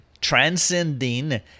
transcending